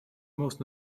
most